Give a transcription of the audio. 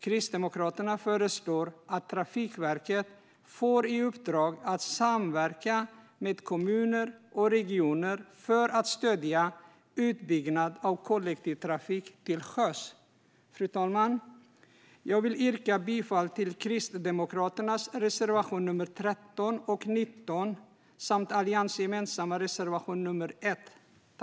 Kristdemokraterna föreslår att Trafikverket får i uppdrag att samverka med kommuner och regioner för att stödja utbyggnad av kollektivtrafik till sjöss. Fru talman! Jag vill yrka bifall till Kristdemokraternas reservationer nr 13 och 19 samt den alliansgemensamma reservation nr 1.